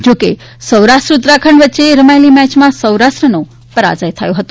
જોકે સૌરાષ્ટ્ર ઉત્તરાખંડ વચ્ચે રમાયેલી મેચમાં સૌરાષ્ટ્રનો પરાજ્ય થયો હતો